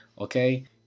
okay